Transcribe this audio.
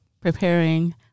preparing